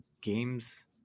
games